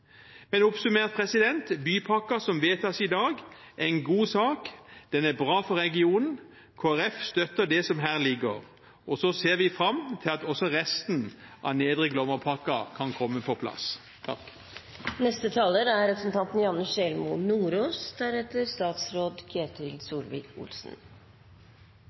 Men oppsummert: Bypakken som vedtas i dag, er en god sak, den er bra for regionen. Kristelig Folkeparti støtter det som her ligger, og så ser vi fram til at også resten av Nedre Glomma-pakken kan komme på plass. Senterpartiet er